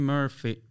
Murphy